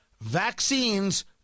vaccines